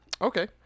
Okay